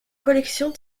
collection